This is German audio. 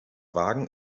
wagen